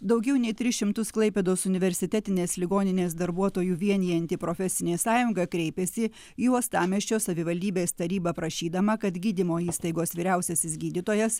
daugiau nei tris šimtus klaipėdos universitetinės ligoninės darbuotojų vienijanti profesinė sąjunga kreipėsi į uostamiesčio savivaldybės tarybą prašydama kad gydymo įstaigos vyriausiasis gydytojas